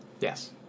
Yes